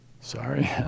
sorry